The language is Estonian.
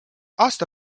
aasta